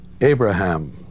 Abraham